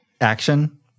Action